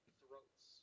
throats